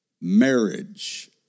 marriage